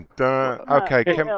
Okay